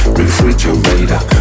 refrigerator